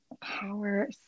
Power